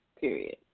period